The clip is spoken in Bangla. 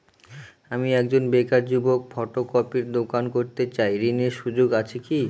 আমি একজন বেকার যুবক ফটোকপির দোকান করতে চাই ঋণের সুযোগ আছে কি?